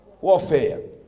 warfare